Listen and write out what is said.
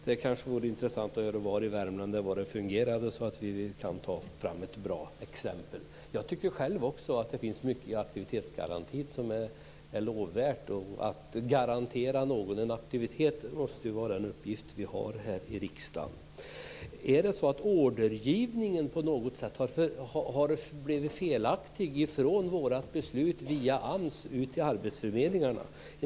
Det vore intressant att få höra var i Värmland det fungerar så att vi kan ta fram ett bra exempel. Jag tycker själv att det finns mycket i aktivitetsgarantin som är lovvärt. Att garantera någon en aktivitet måste vara en uppgift vi har i riksdagen. Har ordergivningen från vårt beslut via AMS ut till arbetsförmedlingarna blivit felaktig?